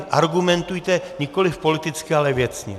Argumentujte nikoli politicky, ale věcně.